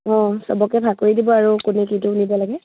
অঁ সবকে ভাগ কৰি দিব আৰু কোনে কিটো নিব লাগে